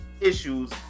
issues